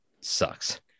sucks